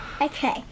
Okay